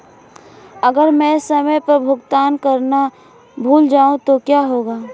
अगर मैं समय पर भुगतान करना भूल जाऊं तो क्या होगा?